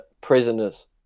prisoners